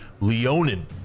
Leonin